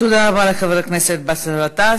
תודה רבה לחבר הכנסת באסל גטאס.